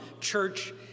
church